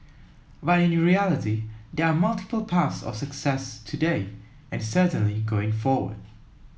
but in reality there are multiple paths of success today and certainly going forward